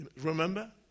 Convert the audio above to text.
remember